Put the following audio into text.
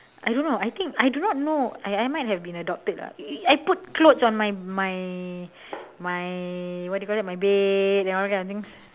I don't know I think I do not know I might have been adopted lah I put clothes on my my my what you call that my bed all that kind of things